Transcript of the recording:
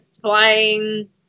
flying